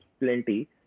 plenty